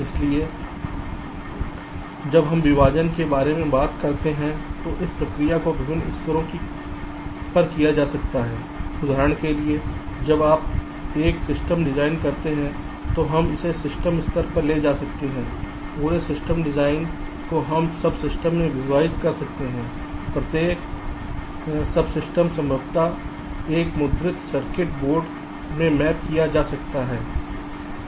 इसलिए जब हम विभाजन के बारे में बात करते हैं तो इस प्रक्रिया को विभिन्न स्तरों पर किया जा सकता है उदाहरण के लिए जब आप एक सिस्टम डिज़ाइन करते हैं तो हम इसे सिस्टम स्तर पर ले जा सकते हैं पूरे सिस्टम डिज़ाइन को हम सबसिस्टम में विभाजित कर सकते हैं लेकिन प्रत्येक सबसिस्टम संभवतः एक मुद्रित सर्किट बोर्ड में मैप किया जा सकता है